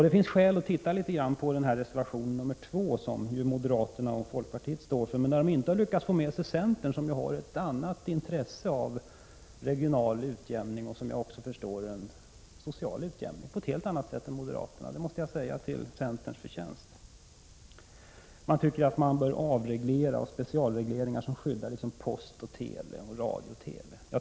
Det finns skäl att titta litet grand på reservation 2, som moderaterna och folkpartiet står för. De har inte lyckats få med sig centern, som har ett helt annat intresse för regional utjämning och, som jag också förstår, för social utjämning än moderaterna; det måste jag säga till centerns förtjänst. Moderaterna vill ha bort de specialregleringar som skyddar post och radio och tele.